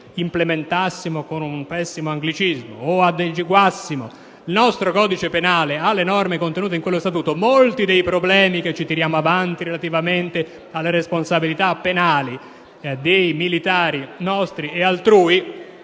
implementassimo (uso un pessimo anglicismo) o adeguassimo il nostro codice penale alle norme contenute in quello Statuto, molti dei problemi che ci portiamo avanti relativamente alle responsabilità penali dei militari nostri e altrui